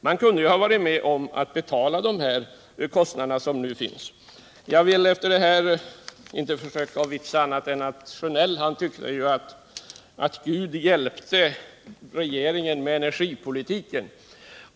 Man kunde ju ha varit med om att betala dessa kostnader. Jag vill efter detta bara ta upp att Bengt Sjönell tyckte att Gud hjälpte regeringen med energipolitiken.